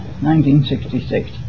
1966